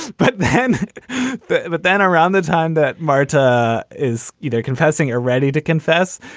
but then but but then around the time that marta is either confessing or ready to confess,